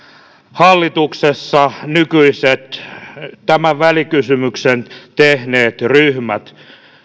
hallituksessa tämän välikysymyksen tehneet ryhmät